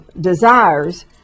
desires